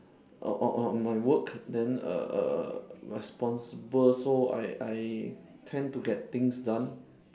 err uh uh on my work then err err responsible so I I tend to get things done